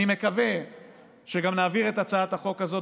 אני מקווה שנעביר את הצעת החוק הזאת